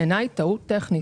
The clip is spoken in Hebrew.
טעות טכנית.